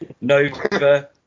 Nova